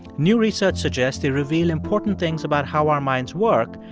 new research suggests they reveal important things about how our minds work,